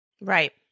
Right